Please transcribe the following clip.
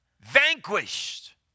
Vanquished